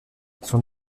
son